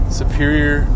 superior